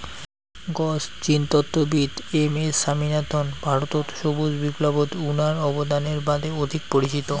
গছ জিনতত্ত্ববিদ M S Swaminathan ভারতত সবুজ বিপ্লবত উনার অবদানের বাদে অধিক পরিচিত